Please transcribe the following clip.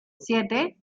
siete